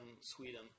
Sweden